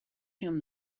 him